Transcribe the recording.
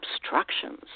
obstructions